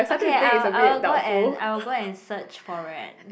okay I'll I'll go and I will go and search for it